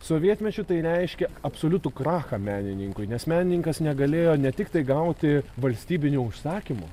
sovietmečiu tai reiškė absoliutų krachą menininkui nes menininkas negalėjo ne tiktai gauti valstybinių užsakymų